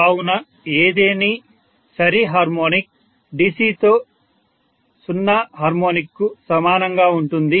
కావున ఏదేని సరి హార్మోనిక్ DC తో 0 హార్మోనిక్ కు సమానంగా ఉంటుంది